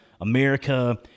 America